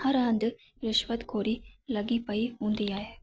हर हंधु रिश्वतख़ोरी लॻी पई हूंदी आहे